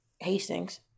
Hastings